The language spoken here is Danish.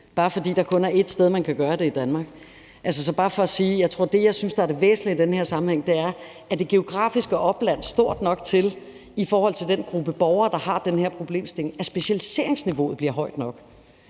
bare fordi der kun er ét sted, hvor man kan gøre det i Danmark. Så det er bare for at sige, at det, jeg tror er det væsentlige i den her sammenhæng, er, om det geografiske opland er stort nok i forhold til den gruppe borgere, der har den her problemstilling, så specialiseringsniveauet bliver højt nok.